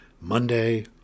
Monday